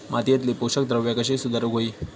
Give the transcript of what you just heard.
मातीयेतली पोषकद्रव्या कशी सुधारुक होई?